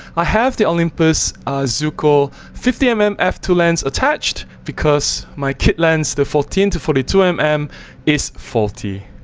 i have the olympus ah zuiko fifty mm and f two lens attached because my kit lens the fourteen to forty two um mm is faulty.